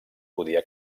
podia